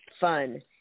fun